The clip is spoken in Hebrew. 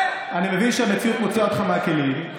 אני מבין שהמציאות מוציאה אותך מהכלים,